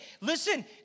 listen